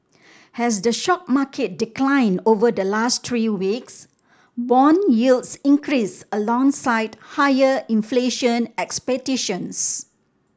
as the stock market declined over the last three weeks bond yields increased alongside higher inflation expectations